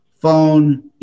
phone